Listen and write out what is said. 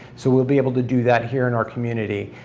so we'll be able to do that here in our community.